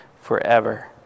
forever